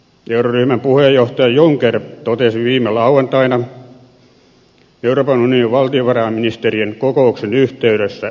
euroryhmän puheenjohtaja juncker totesi viime lauantaina euroopan unionin valtiovarainministerien kokouksen yhteydessä